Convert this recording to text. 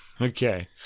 okay